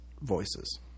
voices